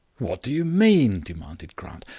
what do you mean? demanded grant.